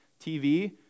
TV